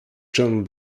john